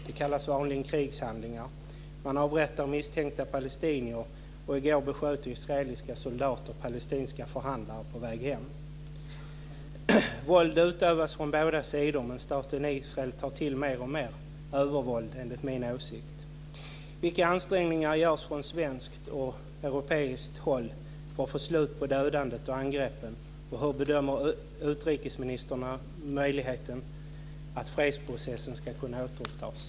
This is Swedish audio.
Det kallas vanligen krigshandlingar. Man avrättar misstänkta palestinier. I går besköt israeliska soldater palestinska förhandlare på väg hem. Våld utövas från båda sidor, men staten Israel tar till mer och mer övervåld, enligt min åsikt. Hur bedömer utrikesministern möjligheten att fredsprocessen ska kunna återupptas?